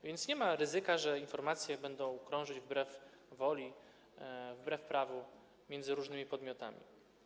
A więc nie ma ryzyka, że informacje będą krążyć wbrew woli, wbrew prawu między różnymi podmiotami.